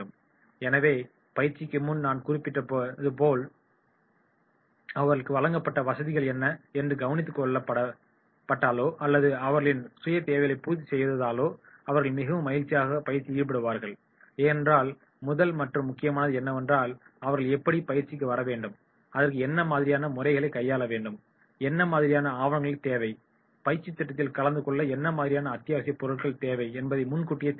எனவே பயிற்சிக்கு முன் நான் குறிப்பிட்டது போல் அவர்களுக்கு வழங்கப்பட்ட வசதிகள் என்ன என்று கவனித்துக்கொள்ளப்பட்டாலோ அல்லது அவர்களின் சுயதேவைகளை பூர்த்திசெய்தாலோ அவர்கள் மிகவும் மகிழ்ச்சியாக பயிற்சியில் ஈடுபடுவார்கள் ஏனென்றால் முதல் மற்றும் முக்கியமானது என்னவென்றால் அவர்கள் எப்படி பயிற்சிக்கு வரவேண்டும் அதற்கு என்ன மாதிரியான முறைகளை கையாள வேண்டும் என்ன மாதிரியான ஆவணங்கள் தேவை பயிற்சித் திட்டத்தில் கலந்துகொள்ள என்ன மாதிரியான அத்தியாவசிய பொருட்கள் தேவை என்பதை முன்கூட்டிய தெரியப்படுத்த வேண்டும்